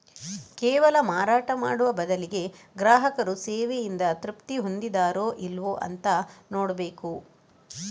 ಕೇವಲ ಮಾರಾಟ ಮಾಡುವ ಬದಲಿಗೆ ಗ್ರಾಹಕರು ಸೇವೆಯಿಂದ ತೃಪ್ತಿ ಹೊಂದಿದಾರೋ ಇಲ್ವೋ ಅಂತ ನೋಡ್ಬೇಕು